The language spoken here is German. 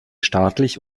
staatlich